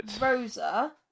Rosa